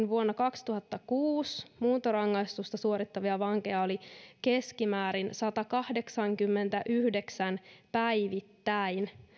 vuonna kaksituhattakuusi muuntorangaistusta suorittavia vankeja oli keskimäärin sadankahdeksankymmenenyhdeksän päivittäin